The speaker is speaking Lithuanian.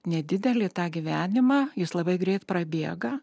nedidelį tą gyvenimą jis labai greit prabėga